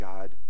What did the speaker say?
God